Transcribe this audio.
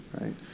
right